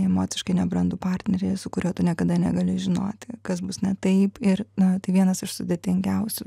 emociškai nebrandų partnerį su kuriuo tu niekada negali žinoti kas bus ne taip ir na tai vienas iš sudėtingiausių